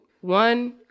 one